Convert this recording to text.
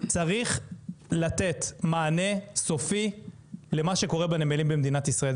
צריך לתת מענה סופי למה שקורה בנמלים במדינת ישראל,